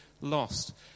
lost